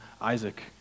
Isaac